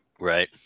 Right